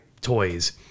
toys